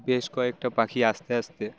বেশ কয়েকটা পাখি আস্তে আস্তে